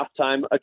halftime